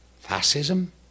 fascism